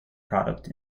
product